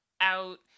out